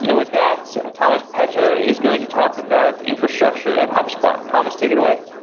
and with that, thomas petr is going to talk about infrastructure at hubspot. thomas, take it away.